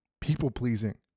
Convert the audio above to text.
people-pleasing